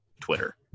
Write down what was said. Twitter